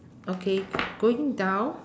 okay going down